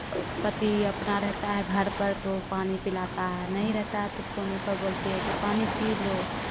पति अपना रहता है घर पर तो पानी पिलाता है नहीं रहता है तो फोने पर बोलते हैं कि पानी पी लो